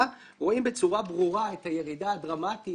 רואים בצורה ברורה את הירידה הדרמטית